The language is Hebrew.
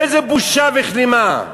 איזו בושה וכלימה.